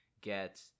get